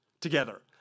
together